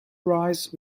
rice